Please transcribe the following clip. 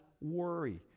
worry